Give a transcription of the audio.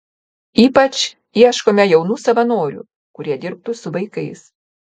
ypač ieškome jaunų savanorių kurie dirbtų su vaikais